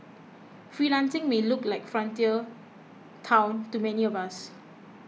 freelancing may look like frontier town to many of us